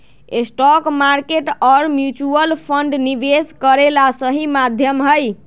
stock market और mutual fund निवेश करे ला सही माध्यम हई